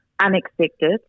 Unexpected